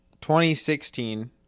2016